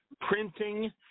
printing